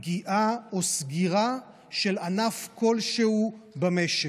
פגיעה או סגירה של ענף כלשהו במשק.